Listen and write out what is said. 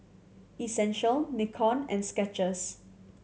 Essential Nikon and Skechers